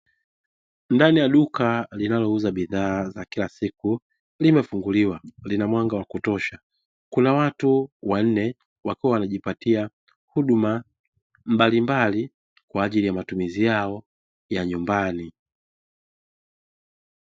Ndani ya duka, linalo uza bidhaa za kila siku limefunguliwa, lina mwanga wa kutosha. Kuna watu wanne wakiwa wanajipatia huduma mbalimbali, kwa ajili ya matumizi yao ya nyumbani.